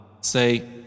Say